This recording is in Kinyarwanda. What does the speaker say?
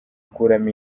akuramo